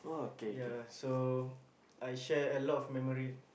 ya so I share a lot of memory